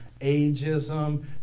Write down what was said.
ageism